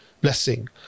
blessing